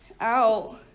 out